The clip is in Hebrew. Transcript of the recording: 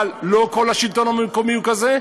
אבל לא כל השלטון המקומי הוא כזה,